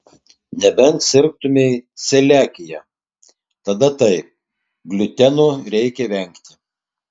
nebent sirgtumei celiakija tada taip gliuteno reikia vengti